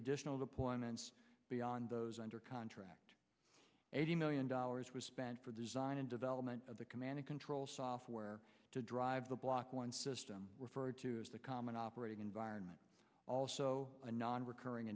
additional appointments beyond those under contract eighty million dollars was spent for design and development of the command and control software to drive the block one system referred to as the common operating environment also a nonrecurring